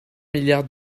milliards